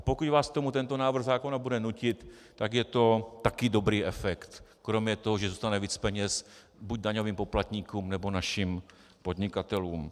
Pokud vás k tomu tento návrh zákona bude nutit, tak je to taky dobrý efekt, kromě toho, že zůstane víc peněz buď daňovým poplatníkům, nebo našim podnikatelům.